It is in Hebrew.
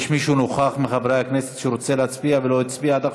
יש מישהו שנוכח מחברי הכנסת ורוצה להצביע ולא הצביע עד עכשיו?